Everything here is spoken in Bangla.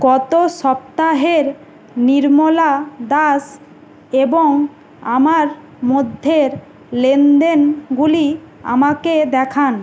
গত সপ্তাহের নির্মলা দাস এবং আমার মধ্যের লেনদেনগুলি আমাকে দেখান